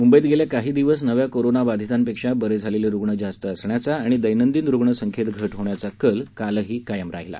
मुंबईत गेल्या काही दिवस नव्या कोरोनाबाधितांपेक्षा बरे झालेले रुग्ण जास्त असण्याचा आणि दैनंदिन रुग्णसंख्येत घट होण्याचा कल कालही कायम राहिला